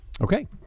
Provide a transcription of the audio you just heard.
Okay